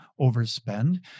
overspend